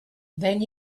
then